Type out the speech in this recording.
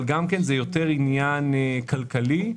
זה יותר עניין כלכלי,